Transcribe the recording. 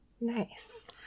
Nice